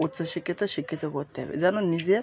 উচ্চশিক্ষিত শিক্ষিত করতে হবে যেন নিজের